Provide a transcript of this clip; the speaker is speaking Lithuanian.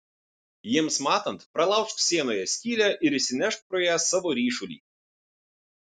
jiems matant pralaužk sienoje skylę ir išsinešk pro ją savo ryšulį